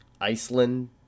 Iceland